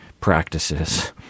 practices